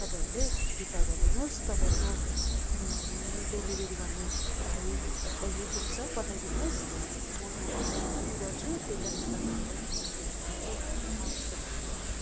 तपाईँहरूले फिर्ता गरिदिनु होस् तपाईँहरूको डेेलिभरी गर्ने भाइ बहिनी को छ पठाइदिनु होस् म यहाँ अनलाइन पनि गर्छु त्यही कारण म तपाईँहरलाइ कमप्लेन गरेको हवस् त धन्यवाद